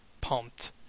pumped